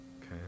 Okay